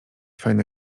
fajne